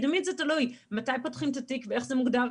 כי תמיד זה תלוי מתי פותחים את התיק ואיך זה מוגדר.